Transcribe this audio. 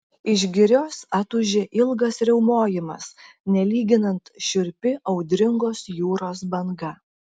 iš girios atūžė ilgas riaumojimas nelyginant šiurpi audringos jūros banga